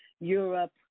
Europe